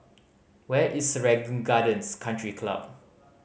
where is Serangoon Gardens Country Club